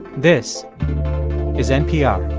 this is npr